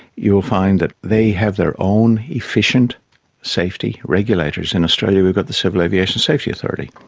you will find that they have their own efficient safety regulators. in australia we've got the civil aviation safety authority,